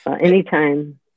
Anytime